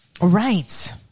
right